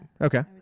okay